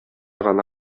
гана